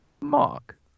Mark